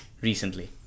recently